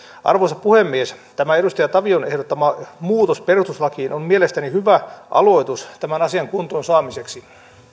arvoisa puhemies tämä edustaja tavion ehdottama muutos perustuslakiin on mielestäni hyvä aloitus tämän asian kuntoonsaamiseksi